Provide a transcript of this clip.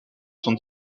sont